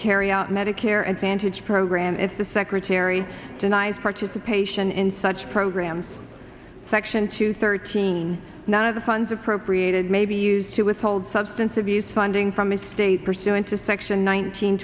carry out medicare advantage program if the secretary denies participation in such programs section two thirteen one of the funds appropriated may be used to withhold substance abuse funding from the state pursuant to section